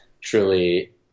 truly